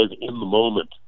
in-the-moment